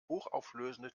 hochauflösende